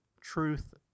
truth